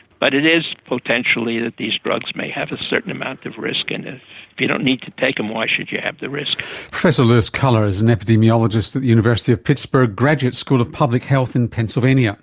but it is potentially that these drugs may have a certain amount of risk, and if you don't need to take them, why should you have the risk? professor lewis kuller is an epidemiologist at the university of pittsburgh graduate school of public health in pennsylvania